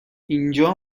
اینجا